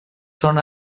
són